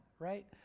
right